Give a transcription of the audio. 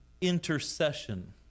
Intercession